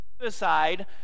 suicide